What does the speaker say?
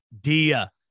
Dia